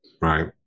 right